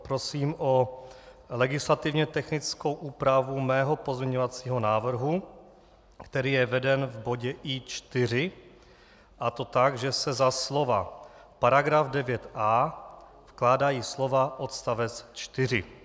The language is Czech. Prosím o legislativně technickou úpravu svého pozměňovacího návrhu, který je veden v bodě I4, a to tak, že se za slova § 9a vkládají slova odstavec 4.